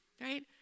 right